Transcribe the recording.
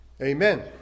Amen